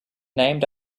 named